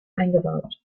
eingebaut